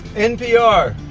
npr